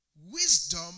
wisdom